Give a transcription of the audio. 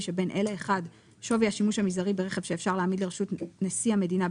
שבין אלה: שווי השימוש המזערי ברכב שאפשר להעמיד לרשות נשיא המדינה,